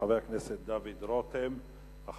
חבר הכנסת דוד רותם, בבקשה.